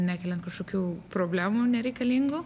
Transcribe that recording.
nekeliant kažkokių problemų nereikalingų